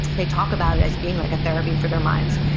they talk about it as being like a therapy for their minds,